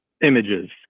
images